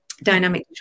dynamic